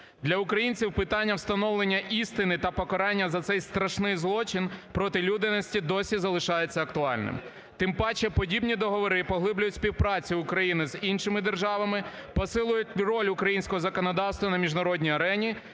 Для українців питання встановлення істини та покарання за цей страшний злочин проти людяності досі залишається актуальним, тим паче подібні договори поглиблюють співпрацю України з іншими державами, посилюють роль українського законодавства на міжнародній арені,